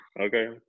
Okay